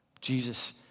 Jesus